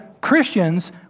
Christians